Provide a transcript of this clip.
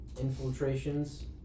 infiltrations